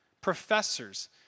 professors